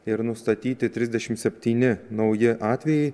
ir nustatyti trisdešim septyni nauji atvejai